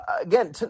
again